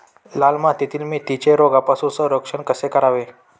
लाल मातीतील मेथीचे रोगापासून संरक्षण कसे करावे?